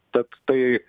tad tai